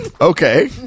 okay